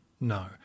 No